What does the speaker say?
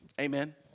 Amen